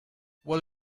will